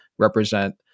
represent